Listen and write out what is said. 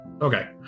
Okay